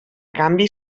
canvi